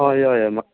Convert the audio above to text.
हय हय